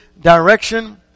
direction